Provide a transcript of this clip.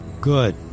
Good